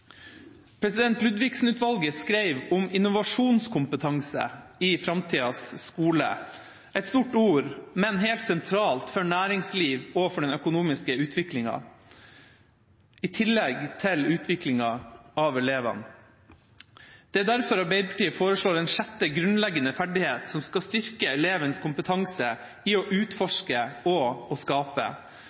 skrev om innovasjonskompetanse i framtidas skole – et stort ord, men helt sentralt for næringslivet og for den økonomiske utviklingen, i tillegg til utviklingen av elevene. Det er derfor Arbeiderpartiet foreslår en sjette grunnleggende ferdighet som skal styrke elevenes kompetanse i å utforske og skape.